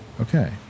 Okay